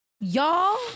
y'all